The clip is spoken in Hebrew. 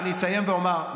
אני אסיים ואומר,